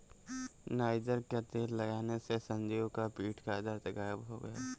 niger तेल लगाने से संजीव का पीठ दर्द गायब हो गया